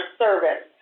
service